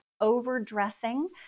overdressing